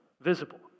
visible